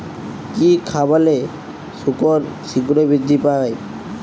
কি খাবালে শুকর শিঘ্রই বৃদ্ধি পায়?